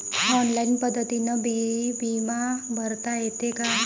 Online पद्धतीनं बी बिमा भरता येते का?